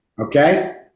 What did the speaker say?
Okay